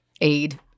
aid